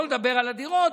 ושלא לדבר על הדירות,